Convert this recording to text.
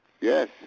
Yes